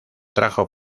trajo